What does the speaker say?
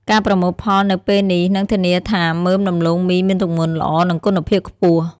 ការប្រមូលផលនៅពេលនេះនឹងធានាថាមើមដំឡូងមីមានទម្ងន់ល្អ និងគុណភាពខ្ពស់។